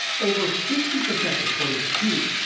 over fifty percent reported fatigue,